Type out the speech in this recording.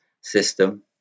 system